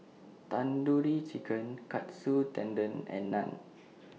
Tandoori Chicken Katsu Tendon and Naan